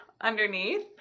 underneath